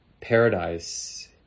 paradise